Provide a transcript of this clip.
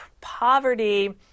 poverty